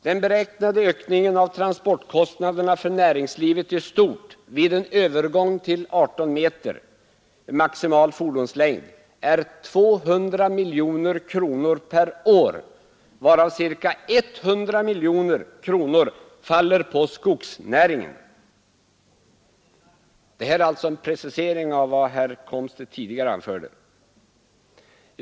Den beräknade ökningen av transportkostnaderna för näringslivet i stort vid en övergång till 18 meters total fordonslängd är 200 miljoner kronor per år, varav ca 100 miljoner kronor faller på skogsnäringen. Det här är alltså en precisering av vad herr Komstedt tidigare anförde.